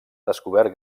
descobert